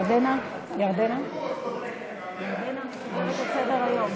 התקבלה בקריאה שלישית.